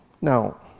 Now